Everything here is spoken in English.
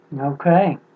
Okay